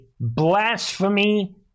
blasphemy